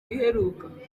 iheruka